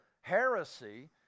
heresy